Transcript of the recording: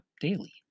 Daily